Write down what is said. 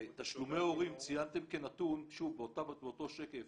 תשלומי הורים, ציינתם כנתון שוב, באותו שקף